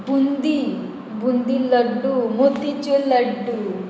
boondi boondi laddu motichoor laddoo